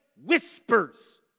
whispers